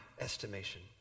estimation